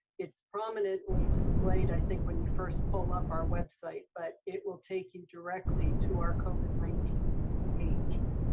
it's prominently displayed, i think, when you first pull up our website, but it will take you directly to our covid nineteen and page.